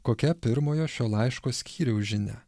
kokia pirmojo šio laiško skyriaus žinia